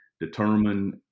determine